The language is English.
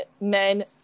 men